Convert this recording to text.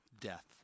death